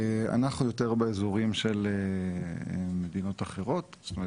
אנחנו יותר באזורים של מדינות אחרות זאת אומרת,